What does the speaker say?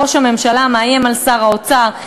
ראש הממשלה מאיים על שר האוצר.